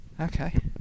Okay